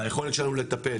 ביכולת שלנו לטפל,